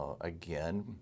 again